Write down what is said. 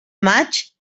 maig